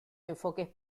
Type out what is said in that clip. enfoques